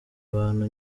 ahantu